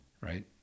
right